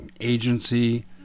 agency